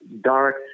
dark